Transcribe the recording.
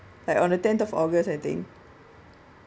like on the tenth of august I think